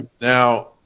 Now